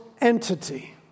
entity